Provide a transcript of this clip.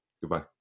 Goodbye